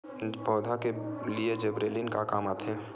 पौधा के लिए जिबरेलीन का काम आथे?